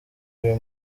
uyu